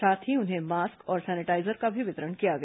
साथ ही उन्हें मास्क और सेनिटाईजर का भी वितरण किया गया